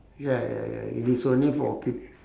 ya ya ya it is only for pe~